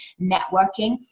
networking